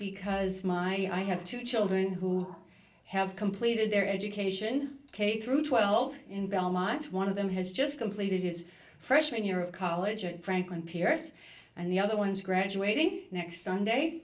because my i have two children who have completed their education k through twelve in belmont one of them has just completed his freshman year of college and franklin pierce and the other one's graduating next sunday